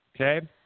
Okay